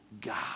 god